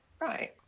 Right